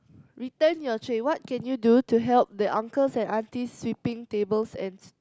return your tray what can you do to help the uncles and aunties sweeping tables and